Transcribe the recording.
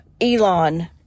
Elon